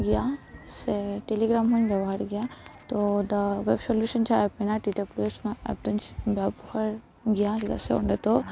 ᱜᱤᱭᱟ ᱥᱮ ᱴᱮᱞᱤᱜᱨᱟᱢ ᱦᱚᱹᱧ ᱵᱮᱵᱚᱦᱟᱨ ᱜᱮᱭᱟ ᱛᱚ ᱫᱟ ᱳᱭᱮ ᱚᱯᱷ ᱥᱚᱞᱤᱭᱩᱥᱮᱱ ᱡᱟᱦᱟ ᱮᱯ ᱢᱮᱱᱟᱜᱼᱟ ᱴᱤ ᱰᱟᱵᱞᱩ ᱮᱥ ᱮᱯ ᱫᱚᱹᱧ ᱵᱮᱵᱚᱦᱟᱨ ᱜᱮᱭᱟ ᱪᱮᱫᱟ ᱥᱮ ᱚᱸᱰᱮ ᱫᱚ